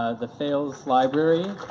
ah the fales library